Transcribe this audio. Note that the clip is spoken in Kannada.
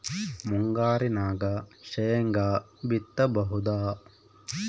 ಮುಂಗಾರಿನಾಗ ಶೇಂಗಾ ಬಿತ್ತಬಹುದಾ?